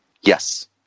Yes